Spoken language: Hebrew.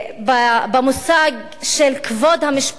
במושג של "כבוד המשפחה",